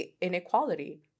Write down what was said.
inequality